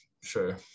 Sure